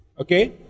Okay